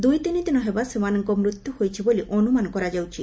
ଦୁଇ ତିନିଦିନ ହେବ ସେମାନଙ୍କ ମୃତ୍ୟୁ ହୋଇଛି ବୋଲି ଅନୁମାନ କରାଯାଉଛି